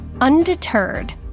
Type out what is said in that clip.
Undeterred